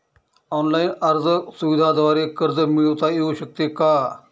Online अर्ज सुविधांद्वारे कर्ज मिळविता येऊ शकते का?